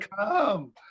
come